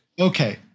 okay